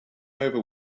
over